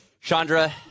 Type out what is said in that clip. chandra